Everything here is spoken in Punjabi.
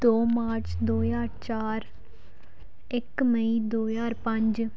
ਦੋ ਮਾਰਚ ਦੋ ਹਜ਼ਾਰ ਚਾਰ ਇੱਕ ਮਈ ਦੋ ਹਜ਼ਾਰ ਪੰਜ